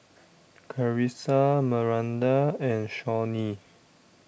Carisa Maranda and Shawnee